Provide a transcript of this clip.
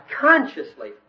consciously